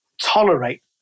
tolerate